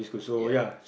ya